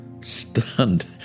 Stunned